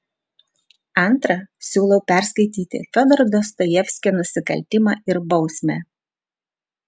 antra siūlau perskaityti fiodoro dostojevskio nusikaltimą ir bausmę